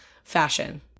fashion